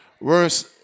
worse